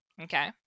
Okay